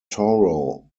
toro